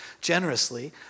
generously